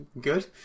Good